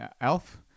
Elf